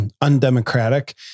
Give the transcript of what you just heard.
undemocratic